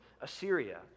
Assyria